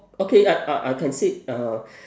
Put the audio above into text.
okay I I I can say uh